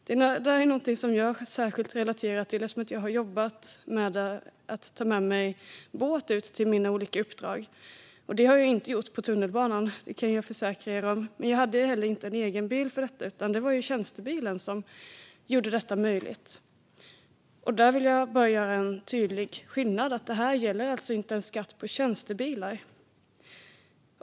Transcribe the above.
Det är något som jag särskilt kan relatera till, eftersom jag har jobbat med att ta med mig båt ut till mina olika uppdrag. Jag kan försäkra er om att jag inte gjorde det på tunnelbanan. Men jag hade inte heller egen bil för att göra det. Det var tjänstebilen som gjorde det möjligt. Det finns en tydlig skillnad där. Det här gäller alltså inte en skatt på tjänstebilar.